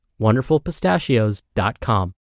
wonderfulpistachios.com